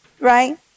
right